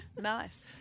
Nice